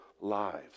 lives